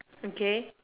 okay